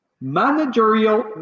managerial